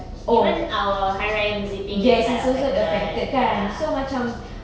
even our hari raya visiting is like affected ya